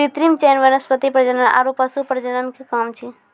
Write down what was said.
कृत्रिम चयन वनस्पति प्रजनन आरु पशु प्रजनन के काम छै